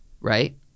Right